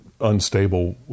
unstable